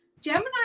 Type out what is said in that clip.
Gemini